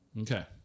Okay